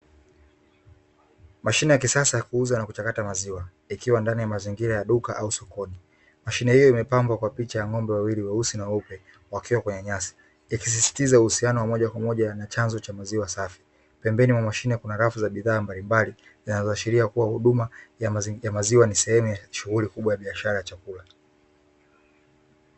Mashine ya kisasa ya kuuza na kuchakata maziwa, ikiwa ndani ya mazingira ya dukaau sokoni, mashine hiyo imepambwa kwa picha ya ng'ombe wawili weusi na weupe wakiwa kwenye nyasi, ikisisitiza uhusiano wa moja kwa moja wa chanzo cha maziwa safi, pembeni ya mashine kuna rafu za bidhaa mbalimbali zinazoashiria kuwa huduma ya maziwa ni sehemu ya shughuli kubwa ya biashara ya chakula.